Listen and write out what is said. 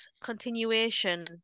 continuation